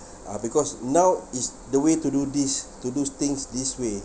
uh because now is the way to do this to do things this way